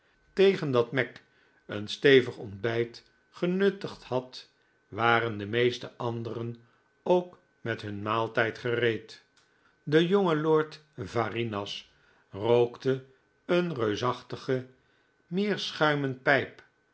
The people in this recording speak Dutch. tegen dat mac een stevig ontbijt genuttigd had waren de meeste anderen ook met hun maaltijd gereed de jonge lord varinas rookte een reusachtige meerschuimen pijp